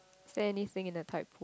is there anything in the tide pool